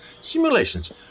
simulations